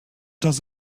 does